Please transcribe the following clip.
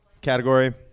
category